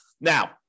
Now